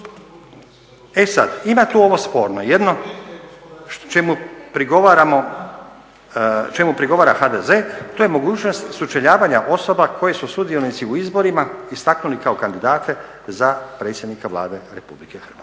E sada, ima tu ovo sporno jedno čemu prigovara HDZ, to je mogućnost sučeljavanja osoba koje su sudionici u izborima istaknuli kao kandidate za predsjednika Vlade Republike Hrvatske.